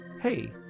hey